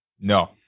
No